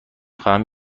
خواهم